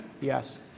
Yes